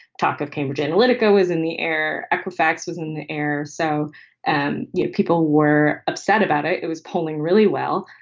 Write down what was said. talk of cambridge analytica is in the air. equifax was in the air. so and yeah people were upset about it. it was polling really well.